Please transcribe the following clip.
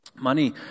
Money